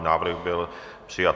Návrh byl přijat.